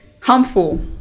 harmful